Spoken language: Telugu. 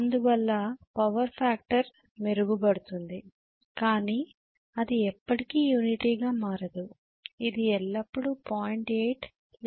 అందువల్ల పవర్ ఫ్యాక్టర్ మెరుగుపడుతుంది కాని అది ఎప్పటికీ యూనిటీ గా మారదు ఇది ఎల్లప్పుడూ 0